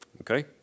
Okay